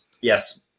Yes